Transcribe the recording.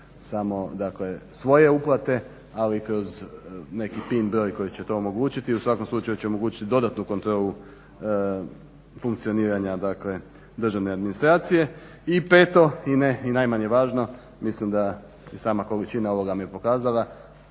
samo svoje uplate ali kroz neki PIN broj koji će to omogućiti i u svakom slučaju će omogućiti dodatnu kontrolu funkcioniranja državne administracije. I 5.i ne najmanje važno mislim da sama količina ovoga vam je pokazala